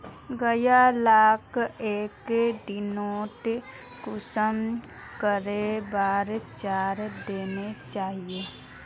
गाय लाक एक दिनोत कुंसम करे बार चारा देना चही?